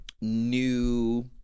new